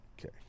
okay